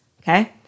okay